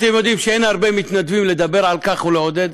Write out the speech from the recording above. אתם יודעים שאין הרבה מתנדבים לדבר על כך ולעודד,